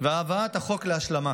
והבאת החוק להשלמה.